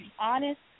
honest